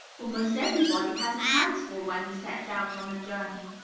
almost everybody has his hands full, when he sets out on a journey.